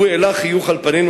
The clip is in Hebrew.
הוא העלה חיוך על פנינו,